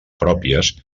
pròpies